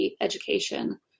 education